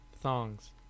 Thongs